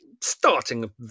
starting